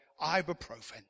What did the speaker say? ibuprofen